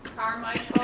carmichael.